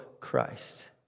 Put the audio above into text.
Christ